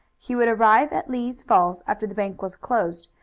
he would arrive at lee's falls after the bank was closed,